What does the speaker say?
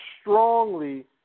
strongly